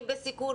היא בסיכון,